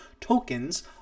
tokens